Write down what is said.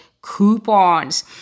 coupons